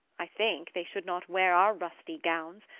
i think they should not wear our rusty gowns,